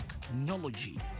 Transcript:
technology